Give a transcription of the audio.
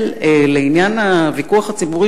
ראשית,